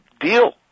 deal